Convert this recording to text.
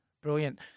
Brilliant